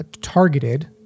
targeted